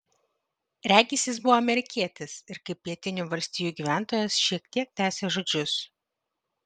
regis jis buvo amerikietis ir kaip pietinių valstijų gyventojas šiek tiek tęsė žodžius